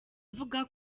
avuga